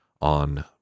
on